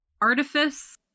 Artifice